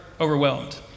overwhelmed